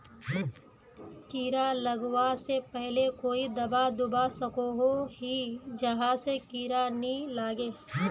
कीड़ा लगवा से पहले कोई दाबा दुबा सकोहो ही जहा से कीड़ा नी लागे?